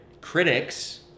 critics